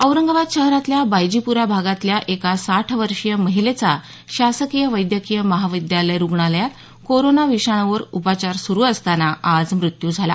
औरंगाबाद शहरातील बायजीप्रा भागातील एका साठ वर्षीय महिलेचा शासकीय वैद्यकीय महाविद्यालय रुग्णालयात कोरोना विषाणूवर उपचार सुरू असताना आज मृत्यू झाला